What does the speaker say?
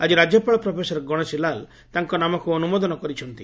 ଆକି ରାଜ୍ୟପାଳ ପ୍ରଫେସର ଗଣେଶୀ ଲାଲ ତାଙ୍କ ନାମକୁ ଅନୁମୋଦନ କରିଛନ୍ତି